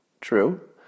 True